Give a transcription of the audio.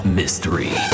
mystery